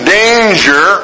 danger